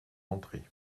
entrée